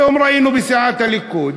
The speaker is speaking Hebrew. היום ראינו בסיעת הליכוד,